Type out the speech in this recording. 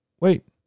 Wait